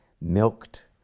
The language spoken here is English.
milked